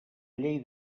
llei